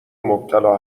مبتلا